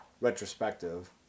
retrospective